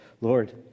Lord